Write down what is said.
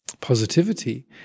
positivity